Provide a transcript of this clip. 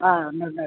ആ ഉണ്ട് ഉണ്ട് ഉണ്ട്